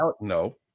No